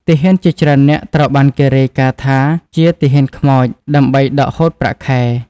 ទាហានជាច្រើននាក់ត្រូវបានគេរាយការណ៍ថាជា "ទាហានខ្មោច" ដើម្បីដកហូតប្រាក់ខែ។